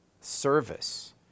service